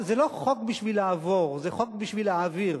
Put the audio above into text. זה לא חוק בשביל לעבור אלא חוק בשביל להעביר.